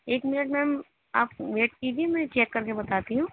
ایک minute ma'am آپ wait کیجیے میں چیک کر کے بتاتی ہوں